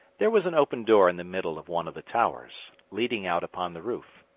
there was an open door in the middle of one of the towers, leading out upon the roof,